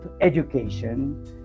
education